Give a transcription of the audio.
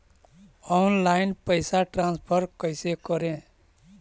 Online पैसा transfer कैसे करे?